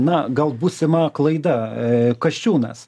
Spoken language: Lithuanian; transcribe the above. na gal būsima klaida a kaščiūnas